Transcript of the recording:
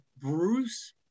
bruce